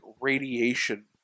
radiation